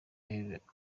aherutse